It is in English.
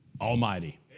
Almighty